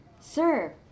Sir